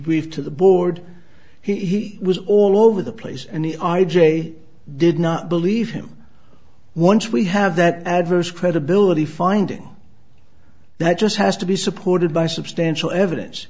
brief to the board he was all over the place and he r j did not believe him once we have that adverse credibility finding that just has to be supported by substantial evidence